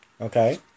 Okay